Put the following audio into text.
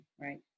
right